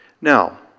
Now